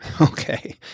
Okay